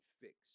fixed